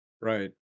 Right